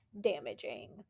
damaging